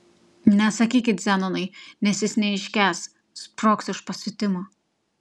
nesakykit zenonui nes jis neiškęs sprogs iš pasiutimo